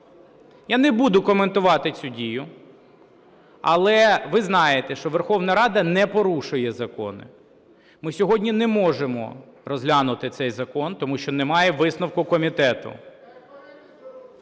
Я не буду коментувати цю дію, але ви знаєте, що Верховна Рада не порушує закони. Ми сьогодні не можемо розглянути цей закон, тому що немає висновку комітету.